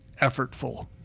effortful